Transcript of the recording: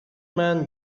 man